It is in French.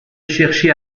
chercher